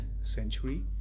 century